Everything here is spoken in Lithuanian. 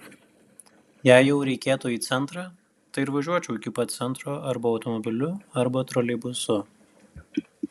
jei jau reikėtų į centrą tai ir važiuočiau iki pat centro arba automobiliu arba troleibusu